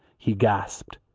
he gasped.